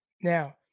Now